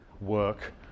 work